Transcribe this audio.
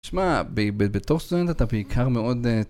שמע, בתור סטודנט אתה בעיקר מאוד...